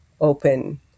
open